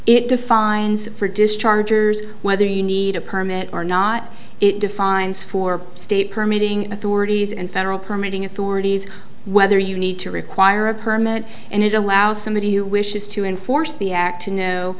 it defines for discharge or whether you need a permit or not it defines for state permitting authorities and federal permitting authorities whether you need to require a permit and it allows somebody who wishes to enforce the act to know